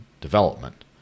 development